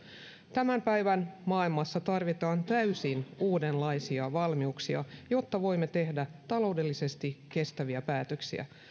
tämän päivän maailmassa tarvitaan täysin uudenlaisia valmiuksia jotta voimme tehdä taloudellisesti kestäviä päätöksiä